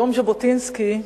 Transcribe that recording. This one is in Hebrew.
יום ז'בוטינסקי,